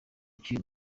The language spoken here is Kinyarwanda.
cy’uyu